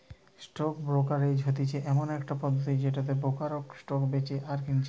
stock brokerage হতিছে এমন একটা পদ্ধতি যেটাতে ব্রোকাররা স্টক বেচে আর কিনতেছে